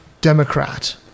Democrat